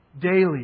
Daily